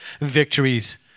victories